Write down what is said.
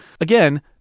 Again